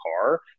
car